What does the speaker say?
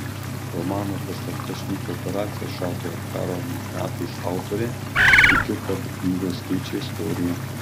romano apie slaptas šnipių operacijas šaltojo karo metais autorė tikiu kad knygos keičia istoriją